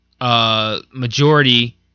majority